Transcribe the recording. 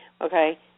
Okay